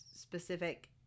specific